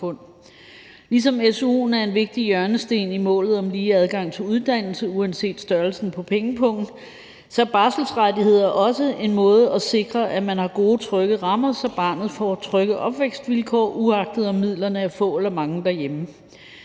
Ligesom su'en er en vigtig hjørnesten i forhold til målet om lige adgang til uddannelse uanset størrelsen på pengepungen, er barselsrettigheder også en måde at sikre, at man har gode og trygge rammer, så barnet får trygge opvækstvilkår, uagtet om midlerne er få eller mange derhjemme.